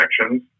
connections